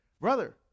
brother